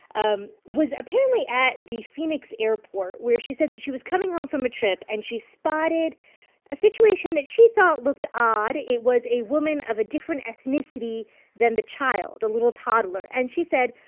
um was apparently at the phoenix airport, where she said that she was coming home from a trip, and she spotted a situation she thought looked odd. it was a woman of a different ethnicity than the child, a little toddler. and she said,